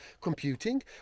computing